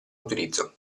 utilizzo